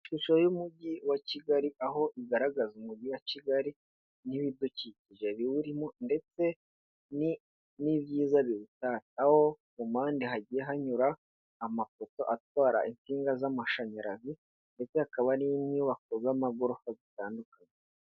Ishusho y'umugi wa Kigali, aho igaragaza umugi wa Kigali n'ibidukikije biwurimo ndetse n'ibyiza biwutatse, aho ku mpande hagiye hanyura amapoto atwara insinga z'amashanyarazi ndetse hakaba hari inyubako z'amagorofa zitandukanye.